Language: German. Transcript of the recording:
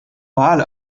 mal